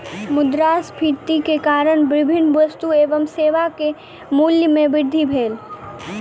मुद्रास्फीति के कारण विभिन्न वस्तु एवं सेवा के मूल्य में वृद्धि भेल